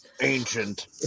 Ancient